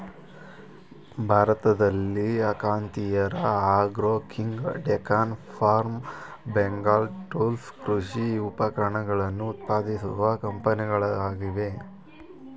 ಭಾರತದಲ್ಲಿ Akhatiyar agro king, Deccan farm, Bengal tools ಕೃಷಿ ಉಪಕರಣಗಳನ್ನು ಉತ್ಪಾದಿಸುವ ಕಂಪನಿಗಳಾಗಿವೆ